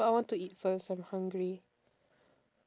but I want to eat first I'm hungry